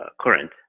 current